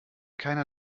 keiner